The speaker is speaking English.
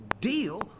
deal